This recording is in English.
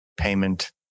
payment